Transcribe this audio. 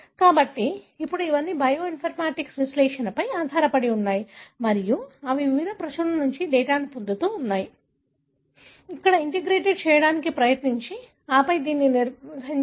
కాబట్టి ఇప్పుడు ఇవన్నీ బయోఇన్ఫర్మేటిక్ విశ్లేషణపై ఆధారపడి ఉన్నాయి మరియు అవి వివిధ ప్రచురణల నుండి డేటాను పొందుతూ ఉంటాయి ఇక్కడ ఇంటిగ్రేట్ చేయడానికి ప్రయత్నించి ఆపై దానిని నిర్వహించండి